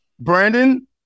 Brandon